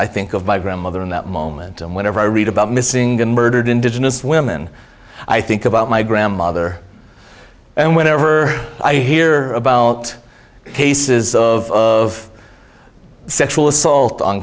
i think of my grandmother in that moment and whenever i read about missing and murdered indigenous women i think about my grandmother and whenever i hear about cases of of sexual assault on